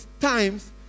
times